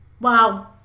wow